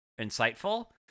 insightful